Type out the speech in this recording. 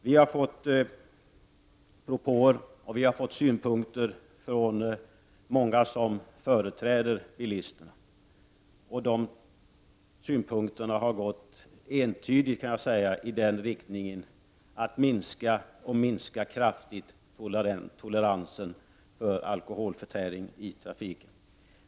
Vi har fått propåer och synpunkter från många som företräder bilisterna, och de synpunkterna har entydigt, kan jag säga, gått i den riktningen att man vill minska — och kraftigt minska — toleransen med alkoholförtäring i trafiken.